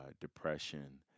depression